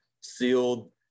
sealed